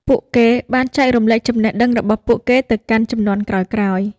ពួកគេបានចែករំលែកចំណេះដឹងរបស់ពួកគេទៅកាន់ជំនាន់ក្រោយៗ។